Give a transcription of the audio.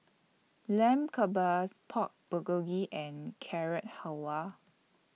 Lamb Kebabs Pork Bulgogi and Carrot Halwa